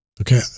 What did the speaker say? Okay